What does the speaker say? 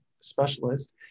specialist